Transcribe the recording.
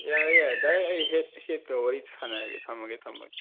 ꯌꯥꯔꯦ ꯌꯥꯔꯦ ꯗꯥꯏꯔꯦꯛ ꯑꯩ ꯍꯦꯗ ꯍꯦꯗꯀ ꯋꯥꯔꯤ ꯁꯥꯟꯅꯔꯒꯦ ꯊꯝꯃꯒꯦ ꯊꯝꯃꯒꯦ